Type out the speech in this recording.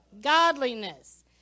godliness